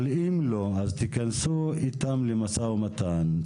אבל אם לא, אז תיכנסו איתם למשא ומתן.